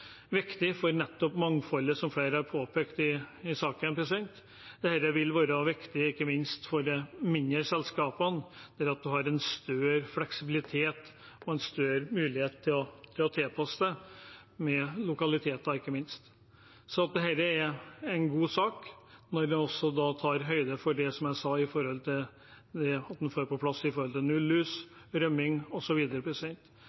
viktig nettopp for mangfoldet, som flere har påpekt i saken. Dette vil være viktig ikke minst for de mindre selskapene, der en har en større fleksibilitet og en større mulighet til å tilpasse seg med lokaliteter. Dette er en god sak når vi også tar høyde for det jeg sa når det gjelder å få på plass null lus, null rømming osv. Jeg tror dette vil bli bra. Det vil også bekrefte at vi har et stort mangfold i næringen framover. Jeg ser fram til